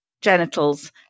genitals